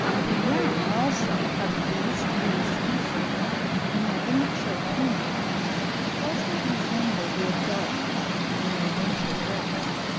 the young also of these three species in their immature plumage closely resemble the adults in their winter dress.